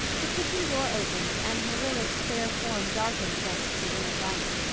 the kitchen door opened and marilla's spare form darkened against the inner light.